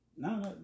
No